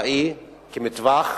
צבאי כמטווח,